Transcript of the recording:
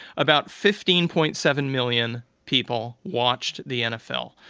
about fifteen point seven million people watched the nfl.